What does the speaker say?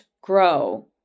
grow